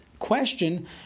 Question